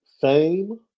fame